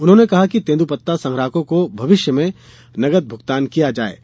उन्होंने कहा कि तेदूपत्ता संग्राहकों को भविष्य में नगद भुगतान किया जायेगा